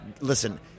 listen